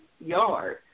yard